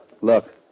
Look